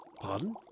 Pardon